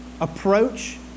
approach